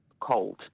cold